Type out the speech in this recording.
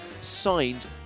signed